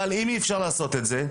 אבל אם אי אפשר לעשות את זה,